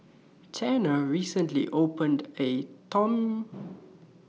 Tanner recently opened A Tom